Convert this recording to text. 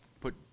put